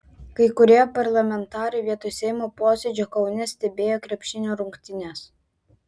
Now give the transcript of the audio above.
kai kurie parlamentarai vietoj seimo posėdžio kaune stebėjo krepšinio rungtynes